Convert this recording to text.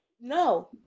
No